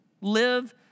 live